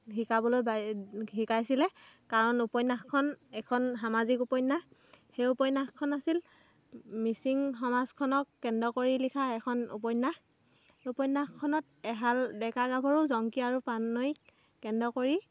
শিকাবলৈ শিকাইছিলে কাৰণ উপন্যাসখন এখন সামাজিক উপন্যাস সেই উপন্যাসখন আছিল মিচিং সমাজখনক কেন্দ্ৰ কৰি লিখা এখন উপন্যাস উপন্যাসখনত এহাল ডেকা গাভৰু জঙ্কি আৰু পানৈক কেন্দ্ৰ কৰি